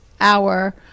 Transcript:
hour